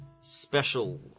Special